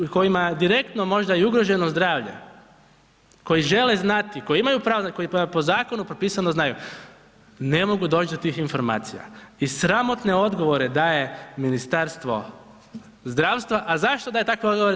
Ljudi kojima direktno je možda i ugroženo zdravlje, koji žele znati, koji imaju pravo po zakonu propisano znaju, ne mogu doći do tih informacija i sramotne odgovore daje Ministarstvo zdravstva, a zašto daje takve odgovore?